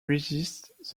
resists